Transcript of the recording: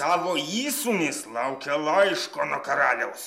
tavo įsūnis laukia laiško nuo karaliaus